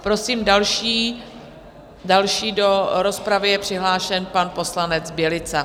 Prosím, další do rozpravy je přihlášen pan poslanec Bělica.